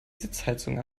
sitzheizung